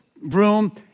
room